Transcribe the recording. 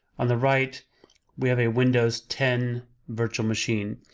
on the right we have a windows ten virtual machine.